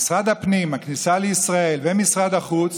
משרד הפנים, הכניסה לישראל ומשרד החוץ